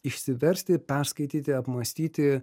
išsiversti perskaityti apmąstyti